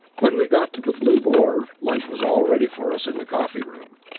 when we got to the blue boar, lunch was all ready for us in the coffee room.